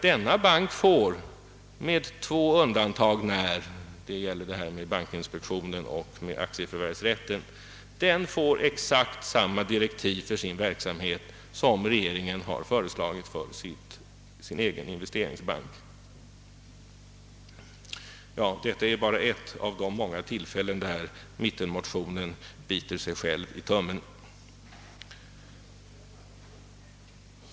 Denna bank får med två undantag när — det gäller bankinspektionen och aktieförvärvsrätten — exakt samma direktiv för verksamheten som regeringen har föreslagit för sin egen investeringsbank. Detta är bara ett av de många tillfällen då mittenpartimotionen biter sig själv i tummen.